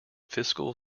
fiscal